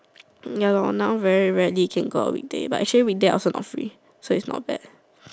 ya lor now very rarely can go out weekday but actually weekday I also not free so it's not bad